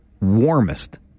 warmest